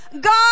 God